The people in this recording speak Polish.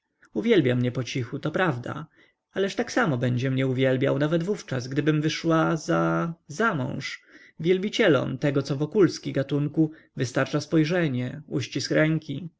uwielbia mnie pocichu to prawda ależ tak samo będzie mnie uwielbiał nawet wówczas gdybym wyszła za zamąż wielbicielom tego co wokulski gatunku wystarcza spojrzenie uścisk